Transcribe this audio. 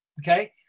Okay